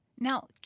Now